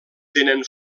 tenen